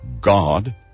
God